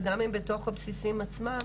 וגם אם בתוך הבסיסים עצמם